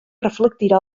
reflectirà